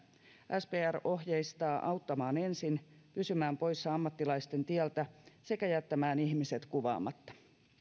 spr ohjeistaa auttamaan ensin pysymään poissa ammattilaisten tieltä sekä jättämään ihmiset kuvaamatta